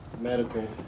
medical